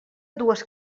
dues